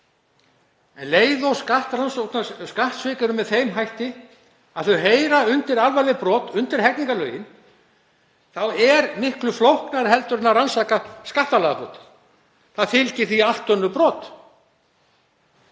um leið og skattsvik eru með þeim hætti að þau heyra undir alvarleg brot, undir hegningarlögin, er það miklu flóknara en að rannsaka skattalagabrot. Það fylgja því allt önnur brot.